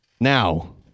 Now